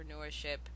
entrepreneurship